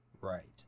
Right